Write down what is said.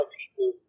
people